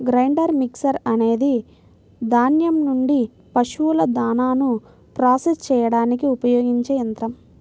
grinder mixer అనేది ధాన్యం నుండి పశువుల దాణాను ప్రాసెస్ చేయడానికి ఉపయోగించే యంత్రం